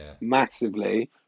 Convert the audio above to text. massively